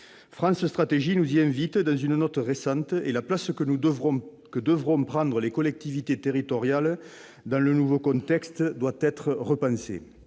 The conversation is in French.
France stratégie nous y invite dans une note récente, et la place que devront prendre les collectivités territoriales dans le nouveau contexte doit être repensée.